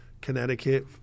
Connecticut